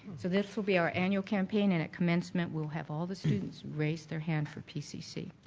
so this will be our annual campaign and at commencement we'll have all the students raise their hand for pcc.